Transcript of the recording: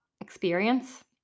experience